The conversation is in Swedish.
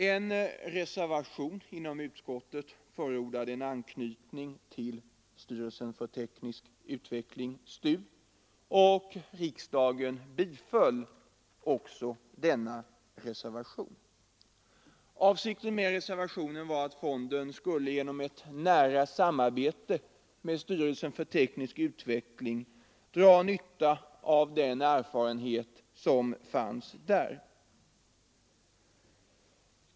En reservation till utskottets betänkande förordade en anknytning till styrelsen för teknisk utveckling, STU, och riksdagen biföll denna reservation. Avsikten med reservationen var att fonden genom en nära anknytning till styrelsen för teknisk utveckling skulle dra nytta av den erfarenhet som fanns där.